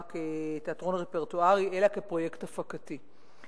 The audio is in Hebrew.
כתיאטרון רפרטוארי אלא כפרויקט הפקתי.